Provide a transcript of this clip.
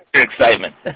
excitement.